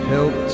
Help